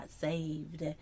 saved